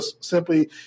simply